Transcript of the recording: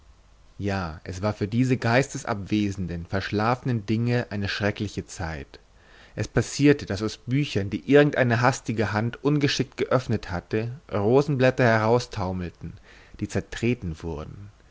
ja es war für diese geistesabwesenden verschlafenen dinge eine schreckliche zeit es passierte daß aus büchern die irgendeine hastige hand ungeschickt geöffnet hatte rosenblätter heraustaumelten die zertreten wurden